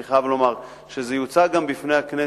אני חייב לומר שזה יוצע גם בפני הכנסת,